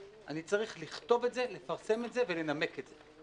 אני צריך לכתוב את זה, לפרסם את זה ולנמק את זה.